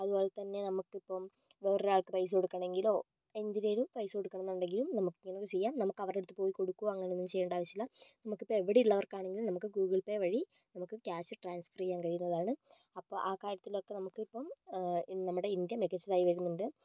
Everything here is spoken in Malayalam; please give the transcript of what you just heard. അതുപോലെതന്നെ നമുക്കിപ്പോൾ വേറൊരാൾക്ക് പൈസ കൊടുക്കണമെങ്കിലോ എന്തിനേലും പൈസ കൊടുക്കണമെന്നുണ്ടെങ്കിലും നമുക്ക് ഇങ്ങനെയൊക്കെ ചെയ്യാം നമുക്ക് അവരുടെ അടുത്ത് പോയി കൊടുക്കുകയോ അങ്ങനെയൊന്നും ചെയ്യേണ്ട ആവശ്യമില്ല നമുക്കിപ്പോൾ എവിടെ ഉള്ളവർക്കാണെങ്കിലും നമുക്ക് ഗൂഗിൾ പേ വഴി നമുക്ക് ക്യാഷ് ട്രാൻസ്ഫർ ചെയ്യാൻ കഴിയുന്നതാണ് അപ്പോൾ ആ കാര്യത്തിലൊക്കെ നമുക്കിപ്പോൾ നമ്മുടെ ഇന്ത്യ മികച്ചതായി വരുന്നുണ്ട്